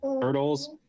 turtles